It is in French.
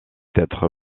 être